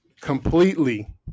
completely